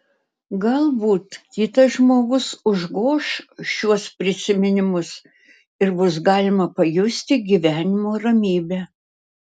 galbūt kitas žmogus užgoš šiuos prisiminimus ir bus galima pajusti gyvenimo ramybę